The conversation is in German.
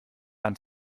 ans